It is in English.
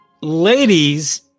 Ladies